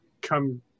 come